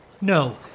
No